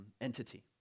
entity